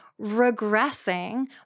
regressing